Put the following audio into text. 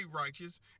righteous